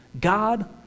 God